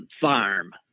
farm